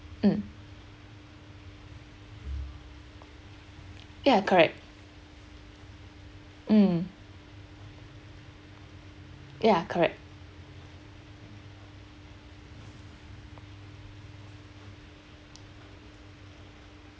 mm ya correct mm ya correct